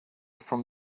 from